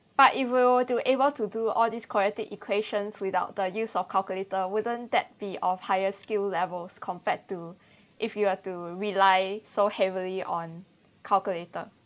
but if we were able to do all these quadratic equations without the use of calculator wouldn't that be of higher skill levels compared to if you’re to rely so heavily on calculator